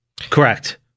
Correct